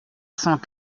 cent